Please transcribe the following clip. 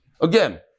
Again